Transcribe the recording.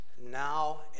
now